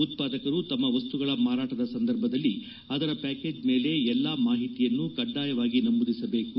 ಉತ್ಪಾದಕರು ತಮ್ಮ ವಸ್ತುಗಳ ಮಾರಾಟದ ಸಂದರ್ಭದಲ್ಲಿ ಅದರ ಪ್ಯಾಕೇಜ್ ಮೇಲೆ ಎಲ್ಲಾ ಮಾಹಿತಿಯನ್ನು ಕಡ್ಡಾಯವಾಗಿ ನಮೂದಿಸಬೇಕು